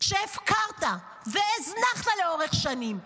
הפקרת והזנחת לאורך שנים.